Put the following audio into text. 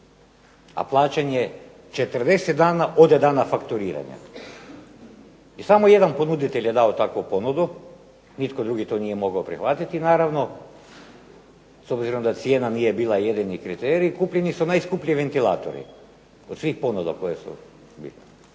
a plaćanje 40 dana od dana fakturiranja. I samo jedan ponuditelj je dao takvu ponudu, nitko drugi to nije mogao prihvatiti naravno, s obzirom da cijena nije bila jedini kriterij, kupljeni su najskuplji ventilatori, od svih ponuda koje su bile.